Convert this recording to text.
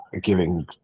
giving